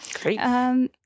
Great